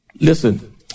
Listen